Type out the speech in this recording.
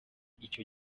icyo